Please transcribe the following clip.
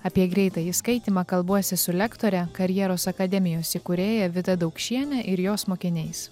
apie greitąjį skaitymą kalbuosi su lektore karjeros akademijos įkūrėja vida daukšiene ir jos mokiniais